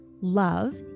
love